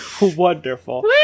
wonderful